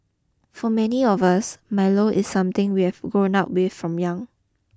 for many of us Milo is something we have grown up with from young